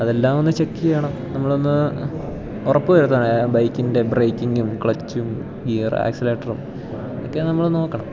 അതെല്ലാം ഒന്ന് ചെക്ക് ചെയ്യണം നമ്മളൊന്ന് ഉറപ്പ് വരുത്തണം ബൈക്കിൻ്റെ ബ്രേക്കിങ്ങും ക്ലച്ചും ഗിയർ ആക്സിലേറ്ററും ഇതൊക്കെ നമ്മള് നോക്കണം